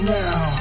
now